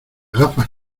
gafas